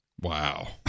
Wow